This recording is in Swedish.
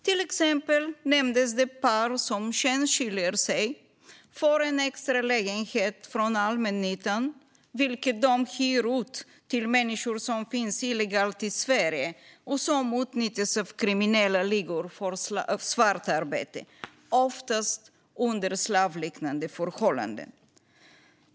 Till exempel nämndes det par som skenskiljer sig och får en extra lägenhet från allmännyttan, vilken de hyr ut till människor som finns illegalt i Sverige och som utnyttjas av kriminella ligor för svartarbete, oftast under slavliknande förhållanden.